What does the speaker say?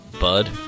Bud